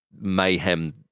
mayhem